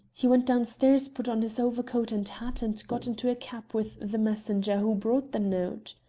he went downstairs, put on his overcoat and hat, and got into a cab with the messenger who brought the note.